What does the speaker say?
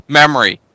memory